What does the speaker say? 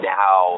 now